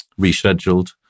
rescheduled